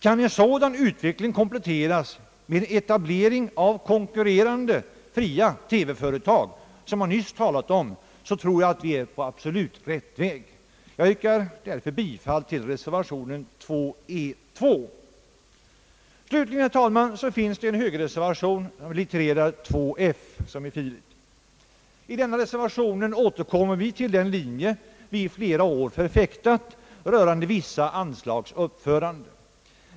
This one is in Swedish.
Kan en sådan utveckling kompletteras med etablering av konkurrerande, fria TV-företag — som man nyss har talat om — så tror jag att vi är på absolut rätt väg. Jag yrkar därför bifall till reservationen e 2. Slutligen, herr talman, finns det en högerreservation littererad f. Där återkommer vi till den linje vi förfäktat under flera år beträffande vissa anslags uppförande.